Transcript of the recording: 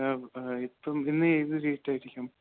ഇപ്പം ഇന്ന് ഏത് ഡേറ്റ് ആയിരിക്കും